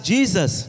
Jesus